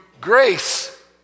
grace